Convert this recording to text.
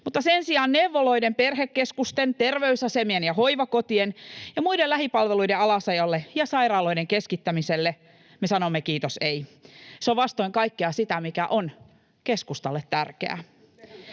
Mutta sen sijaan neuvoloiden, perhekeskusten, terveysasemien ja hoivakotien ja muiden lähipalveluiden alasajolle ja sairaaloiden keskittämiselle me sanomme ”kiitos, ei”. [Ben Zyskowicz: Tehän tämän uudistuksen teitte!]